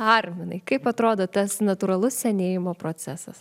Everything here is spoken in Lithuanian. arminai kaip atrodo tas natūralus senėjimo procesas